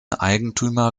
eigentümer